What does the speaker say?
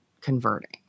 converting